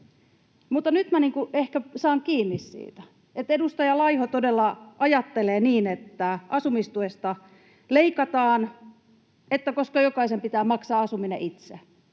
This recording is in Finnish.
mutta nyt ehkä saan kiinni siitä. Eli edustaja Laiho todella ajattelee niin, että asumistuesta leikataan, koska jokaisen pitää maksaa asuminen itse.